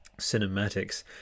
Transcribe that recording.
cinematics